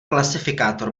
klasifikátor